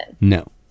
No